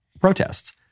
protests